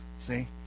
see